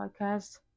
podcast